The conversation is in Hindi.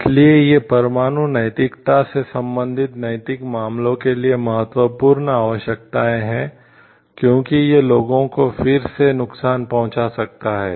इसलिए ये परमाणु नैतिकता से संबंधित नैतिक मामलों के लिए महत्वपूर्ण आवश्यकताएं हैं क्योंकि यह लोगों को फिर से नुकसान पहुंचा सकता है